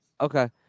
Okay